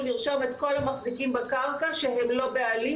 לרשום את כל המחזיקים בקרקע שהם לא בעלים,